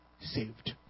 saved